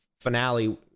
finale